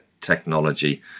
technology